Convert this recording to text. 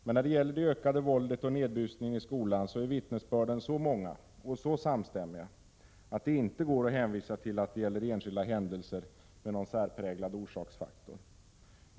Men när det gäller det ökade våldet och nedbusningen i skolan är vittnesbörden så många och så samstämmiga att det inte går att hänvisa till att det rör sig om händelser med någon särpräglad orsaksfaktor.